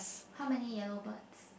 how many yellow birds